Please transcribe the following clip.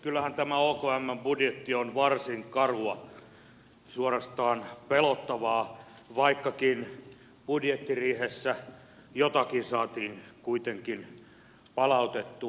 kyllähän tämä okmn budjetti on varsin karua suorastaan pelottavaa luettavaa vaikkakin budjettiriihessä jotakin saatiin kuitenkin palautettua